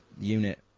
unit